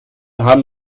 haben